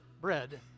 bread